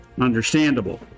understandable